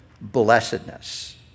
blessedness